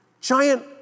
giant